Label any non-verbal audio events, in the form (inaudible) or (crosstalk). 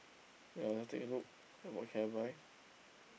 ya let's take a look at what can I buy (breath)